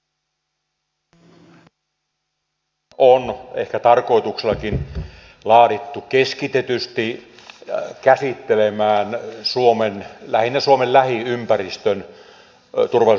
tämä selontekohan on ehkä tarkoituksellakin laadittu keskitetysti käsittelemään lähinnä suomen lähiympäristön turvallisuustilannetta